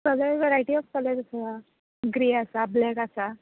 सगळे वरायटी आसतले दिसता ग्रे आसा ब्लेक आसा